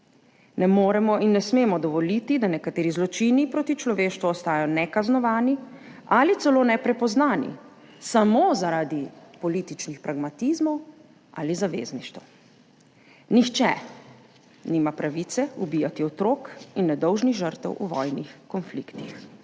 Ne moremo in ne smemo dovoliti, da nekateri zločini proti človeštvu ostajajo nekaznovani ali celo neprepoznani samo zaradi političnih pragmatizmov ali zavezništev. Nihče nima pravice ubijati otrok in nedolžnih žrtev v vojnih konfliktih.